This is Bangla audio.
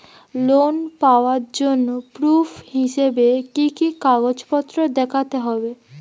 লোন পাওয়ার জন্য প্রুফ হিসেবে কি কি কাগজপত্র দেখাতে হবে?